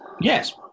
Yes